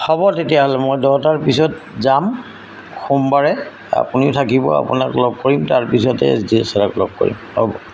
হ'ব তেতিয়াহ'লে মই দহটাৰ পিছত যাম সোমবাৰে আপুনিও থাকিব আপোনাক লগ কৰিম তাৰপিছতে এছ ডি অ' ছাৰক লগ কৰিম হ'ব